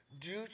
due